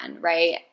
right